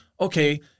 okay